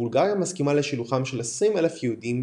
שבולגריה מסכימה לשילוחם של 20,000 יהודים